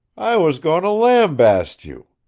i was goin' to lambaste you.